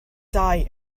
sighed